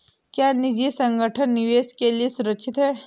क्या निजी संगठन निवेश के लिए सुरक्षित हैं?